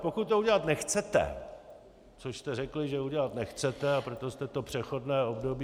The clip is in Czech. Pokud to udělat nechcete, což jste řekli, že udělat nechcete, a proto jste to přechodné období